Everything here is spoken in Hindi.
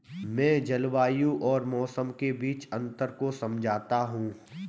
मैं जलवायु और मौसम के बीच अंतर को समझता हूं